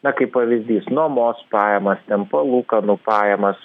na kaip pavyzdys nuomos pajamas ten palūkanų pajamas